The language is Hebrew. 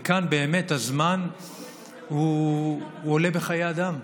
וכאן באמת הזמן עולה בחיי אדם,